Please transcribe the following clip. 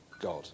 God